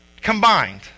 combined